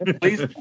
please